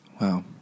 Wow